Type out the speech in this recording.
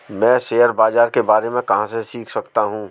मैं शेयर बाज़ार के बारे में कहाँ से सीख सकता हूँ?